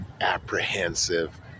apprehensive